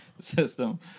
system